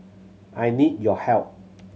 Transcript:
I need your help